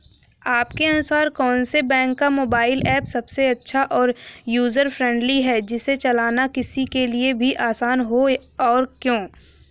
आपके अनुसार कौन से बैंक का मोबाइल ऐप सबसे अच्छा और यूजर फ्रेंडली है जिसे चलाना किसी के लिए भी आसान हो और क्यों?